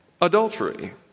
adultery